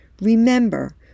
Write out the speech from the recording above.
Remember